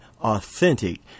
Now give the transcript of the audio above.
authentic